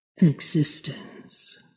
existence